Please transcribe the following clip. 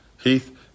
Heath